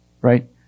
right